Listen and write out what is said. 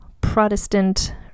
Protestant